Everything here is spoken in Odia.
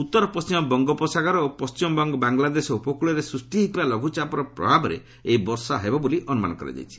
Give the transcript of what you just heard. ଉତ୍ତର ପଣ୍ଟିମ ବଙ୍ଗୋପସାଗର ଓ ପଣ୍ଟିମବଙ୍ଗ ବାଙ୍ଗଲାଦେଶ ଉପକୃଳରେ ସୃଷ୍ଟି ହୋଇଥିବା ଲଘୁଚାପର ପ୍ରଭାବରେ ଏହି ବର୍ଷା ହେବ ବୋଲି ଅନୁମାନ କରାଯାଇଛି